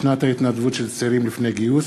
שנת ההתנדבות של צעירים לפני גיוס",